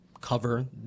cover